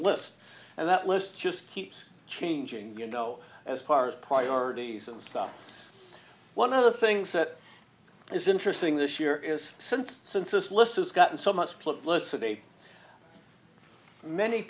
list and that list just keeps changing you know as far as priorities and stuff one of the things that is interesting this year is since since this list has gotten so much publicity many